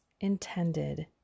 intended